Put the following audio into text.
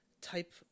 type